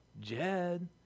Jed